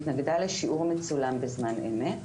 היא התנגדה לשיעור מצולם בזמן אמת,